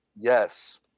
Yes